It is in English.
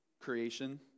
Creation